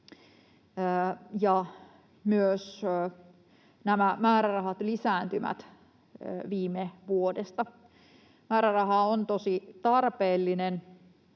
ja myös määrärahat lisääntyvät viime vuodesta. Määräraha on tosi tarpeellinen,